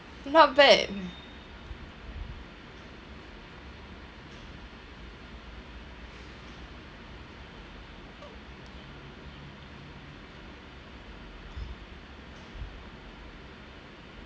not bad